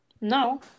No